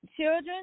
children